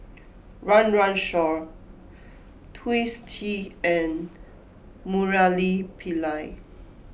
Run Run Shaw Twisstii and Murali Pillai